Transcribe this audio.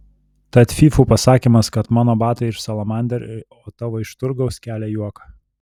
tad fyfų pasakymas kad mano batai iš salamander o tavo iš turgaus kelia juoką